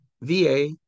VA